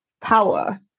power